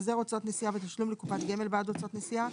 החזר הוצאות נסיעה ותשלום לקופת גמל בעד הוצאות נסיעה,